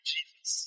Jesus